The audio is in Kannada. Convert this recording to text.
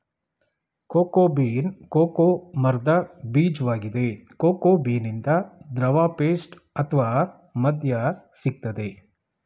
ಕೋಕೋ ಬೀನ್ ಕೋಕೋ ಮರ್ದ ಬೀಜ್ವಾಗಿದೆ ಕೋಕೋ ಬೀನಿಂದ ದ್ರವ ಪೇಸ್ಟ್ ಅತ್ವ ಮದ್ಯ ಸಿಗ್ತದೆ